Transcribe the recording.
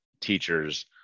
teachers